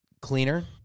cleaner